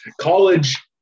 college